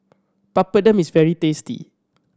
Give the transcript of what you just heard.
papadum is very tasty